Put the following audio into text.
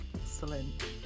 excellent